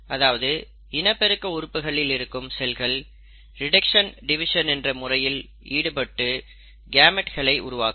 அதாவது இனப்பெருக்க உறுப்புகளில் இருக்கும் செல்கள் ரிடக்க்ஷன் டிவிஷன் என்ற செயல்முறையில் ஈடுபட்டு கேமெட்களை உருவாக்கும்